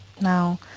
Now